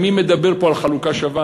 מי מדבר פה על חלוקה שווה,